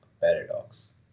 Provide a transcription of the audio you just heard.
paradox